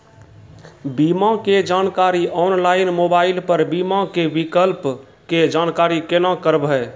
बीमा के जानकारी ऑनलाइन मोबाइल पर बीमा के विकल्प के जानकारी केना करभै?